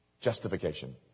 justification